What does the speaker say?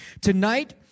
tonight